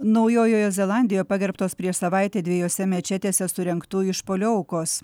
naujojoje zelandijoje pagerbtos prieš savaitę dviejose mečetėse surengtų išpuolių aukos